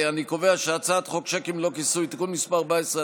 אני קובע שהצעת חוק שיקים ללא כיסוי (תיקון מס' 14),